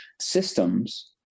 systems